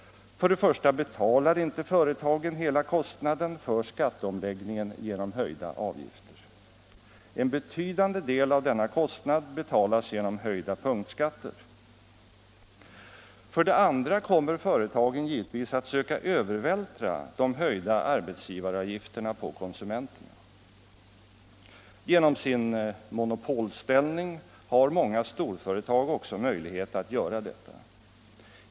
För det första betalar inte företagen hela kostnaden för skatteomläggningen genom höjda avgifter. En betydande del av denna kostnad betalas genom höjda punktskatter. För det andra kommer företagen givetvis att söka övervältra de höjda arbetsgivaravgifterna på konsumenterna. Genom sin monopolställning har många storföretag också möjlighet att göra detta.